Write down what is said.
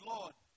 Lord